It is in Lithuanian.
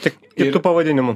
tik kitu pavadinimu